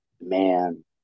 Man